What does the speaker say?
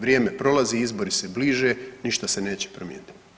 Vrijeme prolazi, izbori se bliže, ništa se neće promijeniti.